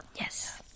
Yes